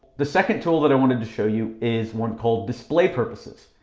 the second tool that i wanted to show you is one called display purposes,